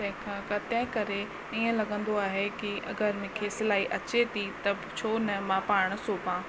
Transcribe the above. तंहिंखा तंहिं करे ईअं लॻंदो आहे की अगरि मूंखे सिलाई अचे थी त छो न मां पाण सिबा